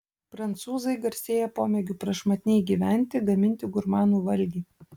prancūzai garsėja pomėgiu prašmatniai gyventi gaminti gurmanų valgį